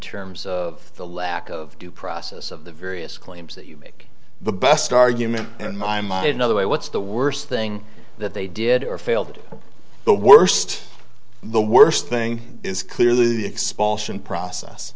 terms of the lack of due process of the various claims that you make the best argument in my mind another way what's the worst thing that they did or failed the worst the worst thing is clearly the expulsion process